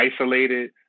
isolated